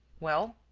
well?